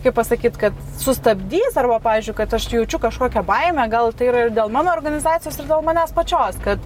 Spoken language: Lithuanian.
kaip pasakyt kad sustabdys arba pavyzdžiui kad aš jaučiu kažkokią baimę gal tai yra ir dėl mano organizacijos ir dėl manęs pačios kad